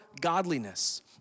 godliness